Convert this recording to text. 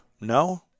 No